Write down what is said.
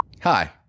Hi